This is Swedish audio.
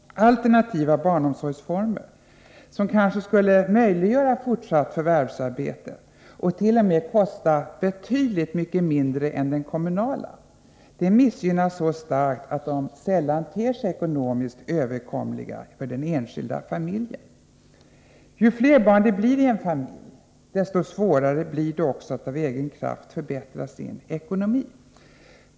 Alternativa barnomsorgsformer, som kanske skulle möjliggöra fortsatt förvärvsarbete också i mångbarnsfamiljerna och t.o.m. kosta betydligt mindre än den kommunala barnomsorgen, missgynnas så starkt att de sällan ter sig ekonomiskt överkomliga för den enskilda familjen. Ju fler barn det blir i en familj, desto svårare får familjen det också att av egen kraft förbättra sin ekonomi.